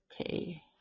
Okay